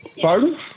Pardon